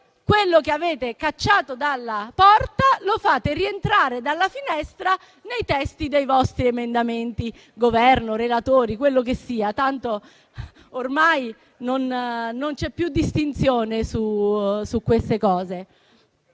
quello che avete cacciato dalla porta lo fate rientrare dalla finestra nei testi dei vostri emendamenti, a firma del Governo o dei relatori, quello che sia, tanto ormai non c'è più distinzione. Ebbene,